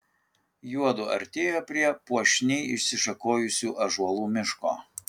juodu artėjo prie puošniai išsišakojusių ąžuolų miško